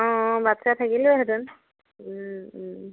অঁ অঁ বাট চাই থাকিলোঁহেতেন